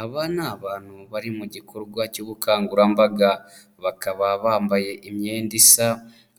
Aba ni abantu bari mu gikorwa cy'ubukangurambaga, bakaba bambaye imyenda isa,